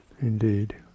Indeed